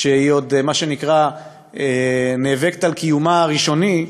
כשהיא עוד נאבקת על קיומה הראשוני,